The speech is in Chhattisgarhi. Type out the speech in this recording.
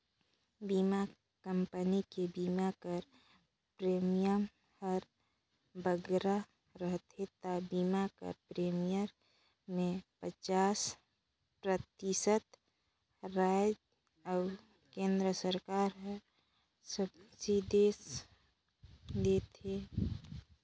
बीमा कंपनी में बीमा कर प्रीमियम हर बगरा रहथे ता बीमा कर प्रीमियम में पचास परतिसत राएज अउ केन्द्र सरकार हर सब्सिडी देथे